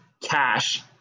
cash